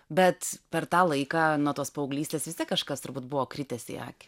bet per tą laiką nuo tos paauglystės vis tiek kažkas turbūt buvo kritęs į akį